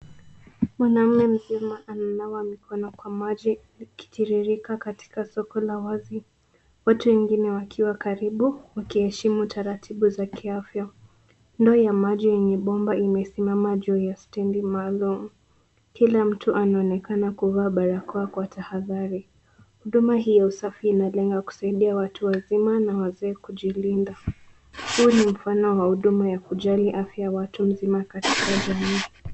Mwanaume mzima ananawa mikono kwa maji yakitiririka katika soko la wazi. Watu wengine wakiwa karibu wakiheshimu taratibu za kiafya. Ndoo ya maji yenye bomba imesimama juu ya stendi maalum. Kila mtu anaonekana kuvaa barakoa kwa tahadhari. Huduma hii ya usafi inalenga kusaidia watu na wazee kujilinda. Huu ni mfano wa huduma ya kujali afya ya watu mzima katika jamii.